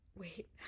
wait